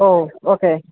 ഓ okay